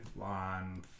on